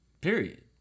Period